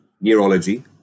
neurology